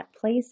place